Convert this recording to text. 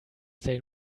they